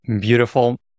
Beautiful